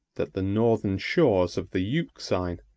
that the northern shores of the euxine,